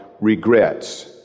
regrets